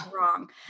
wrong